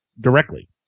directly